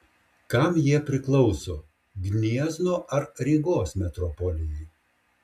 kam jie priklauso gniezno ar rygos metropolijai